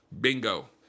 bingo